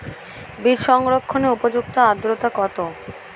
বীজ সংরক্ষণের উপযুক্ত আদ্রতা কত?